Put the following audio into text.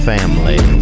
Family